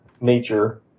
nature